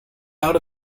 out